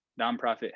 nonprofit